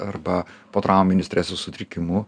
arba potrauminio streso sutrikimu